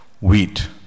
wheat